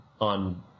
on